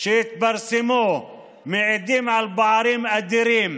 שהתפרסמו מעידות על פערים אדירים